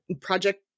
project